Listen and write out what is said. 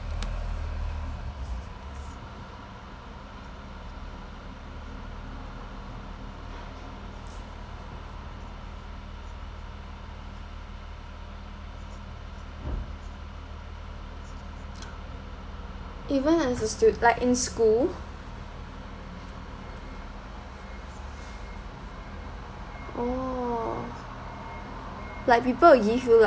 he won't understood like in school oh like people will give you like